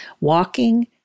walking